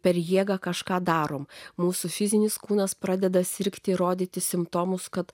per jėgą kažką darome mūsų fizinis kūnas pradeda sirgti rodyti simptomus kad